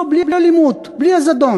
לא, בלי אלימות, בלי הזדון,